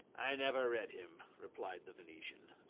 i never read him, replied the venetian.